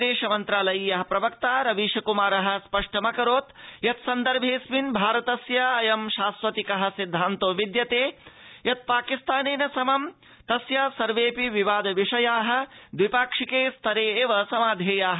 विदेश मन्त्रालयीयः प्रवक्ता रवीश कुमारः स्पष्टमकरोत् यत् सन्दर्भेडस्मिन् भारतस्याय शाश्वतिकः सिद्धान्तो विद्यते यत् पाकिस्तानेन समं तस्य सर्वेडपि विवाद विषयाः द्वि पाक्षिके स्तरे एव समाधेयाः